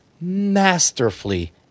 masterfully